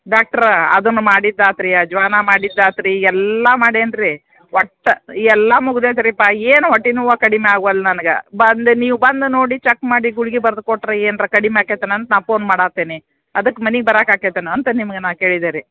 ಡಾಕ್ಟ್ರ ಅದನ್ನ ಮಾಡಿದಾತು ರೀ ಅಜ್ವಾನ ಮಾಡಿದಾತು ರೀ ಎಲ್ಲ ಮಾಡೇನಿ ರೀ ಒಟ್ಟ ಎಲ್ಲ ಮುಗ್ದು ಹೊಯ್ತರಿಪ್ಪಾ ಏನು ಹೊಟ್ಟೆ ನೋವಾ ಕಡ್ಮಿ ಆಗುವಲ್ದ ನನ್ಗ ಬಂದು ನೀವು ಬಂದು ನೋಡಿ ಚೆಕ್ ಮಾಡಿ ಗುಳ್ಗಿ ಬರ್ದು ಕೊಟ್ರೆ ಏನ್ರ ಕಡಿಮೆ ಆಕ್ಯೆತನಂತ ನಾ ಪೋನ್ ಮಾಡತ್ತೇನಿ ಅದಕ್ಕೆ ಮನಿಗೆ ಬರಾಕಾಕ್ಯೆತನಂತ ನಿಮ್ಗ ನಾ ಕೇಳಿದ್ದು ರೀ